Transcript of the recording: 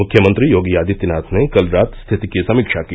मुख्यमंत्री योगी आदित्यनाथ ने कल रात स्थिति की समीक्षा की